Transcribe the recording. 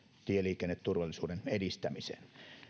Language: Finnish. tieliikenneturvallisuuden edistämiseen